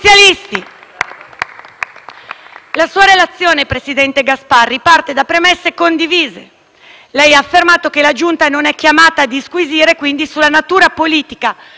Lei ha affermato che la Giunta non è chiamata a disquisire sulla natura politica o amministrativa di un atto, salvo poi però arrivare a conclusioni che non possiamo accettare.